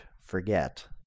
forget